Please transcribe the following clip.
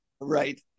Right